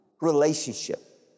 relationship